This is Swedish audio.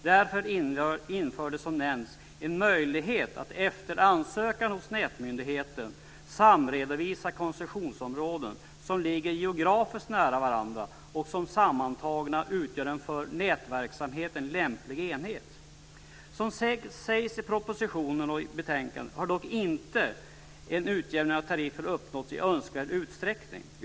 Därför infördes, som nämnts, en möjlighet att efter ansökan hos Nätmyndigheten samredovisa koncessionsområden som ligger geografiskt nära varandra och som sammantagna utgör en för nätverksamheten lämplig enhet. Som sägs i propositionen och i betänkandet har dock inte en utjämning av tariffen uppnåtts i önskvärd utsträckning.